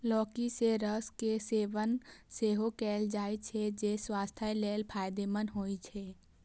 लौकी के रस के सेवन सेहो कैल जाइ छै, जे स्वास्थ्य लेल फायदेमंद होइ छै